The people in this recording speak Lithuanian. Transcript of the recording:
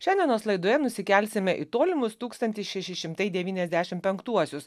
šiandienos laidoje nusikelsime į tolimus tūkstantis šeši šimtai devyniasdešimt penktuosius